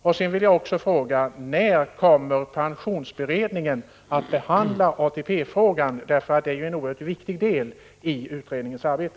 Vidare vill jag fråga: När kommer pensionsberedningen att behandla ATP-frågan? Den utgör ju en oerhört viktig del av utredningens arbete.